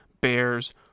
bears